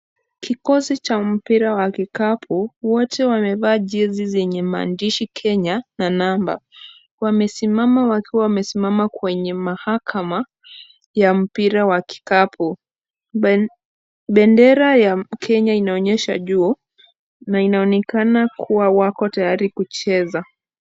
Kikosi cha mpira wa kikapu wote wamevaa jezi yenye mandishi Kenya na namba, wamesimama kwenye mahakama ya mpira wa kikapu. Bendera ya Kenya inaonyesha juu na inaonekana kuwa wako tayari kucheza.